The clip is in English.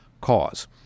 cause